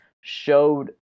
showed